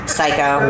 Psycho